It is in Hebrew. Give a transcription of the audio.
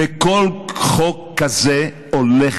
וכל חוק כזה הולך